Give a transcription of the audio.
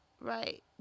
right